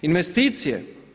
Investicije.